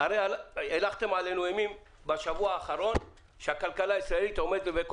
הרי הילכתם עלינו אימים בשבוע האחרון שהכלכלה הישראלית וכל